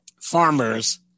farmers